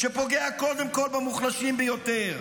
שפוגע קודם כול במוחלשים ביותר.